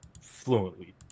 fluently